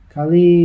Kali